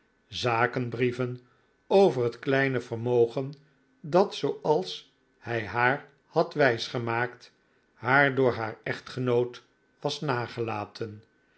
zakenbrieven over het kleine vermogen dat zooals hij haar had wijs gemaakt haar door haar echtgenoot was nagelaten